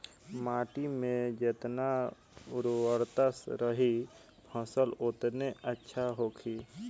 माटी में जेतना उर्वरता रही फसल ओतने अच्छा होखी